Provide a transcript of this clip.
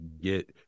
get